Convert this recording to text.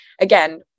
again